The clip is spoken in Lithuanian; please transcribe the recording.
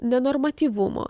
ne normatyvumo